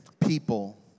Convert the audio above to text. People